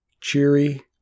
Cheery